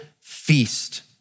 feast